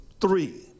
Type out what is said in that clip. Three